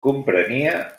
comprenia